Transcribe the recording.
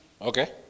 Okay